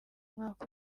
umwaka